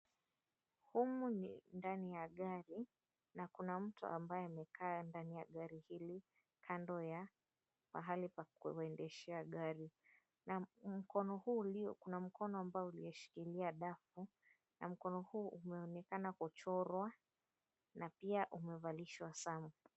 Humu ni ndani ya gari na kuna mtu ambaye amekaa ndani ya gari hili kando ya pahali pa kuendeshea gari na kuna mkono ambao ulioshikilia dafu na mkono huu unaonekana kuchorwa na pia umevalishwa saa.